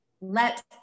Let